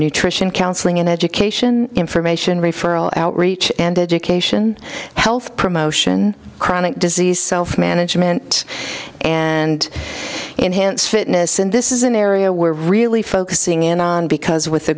nutrition counseling and education information referral outreach and education health promotion chronic disease self management and enhance fitness and this is an area we're really focusing in on because